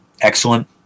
Excellent